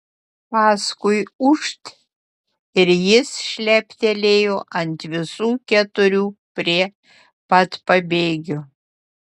paskui ūžt ir jis šleptelėjo ant visų keturių prie pat pabėgių